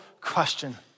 question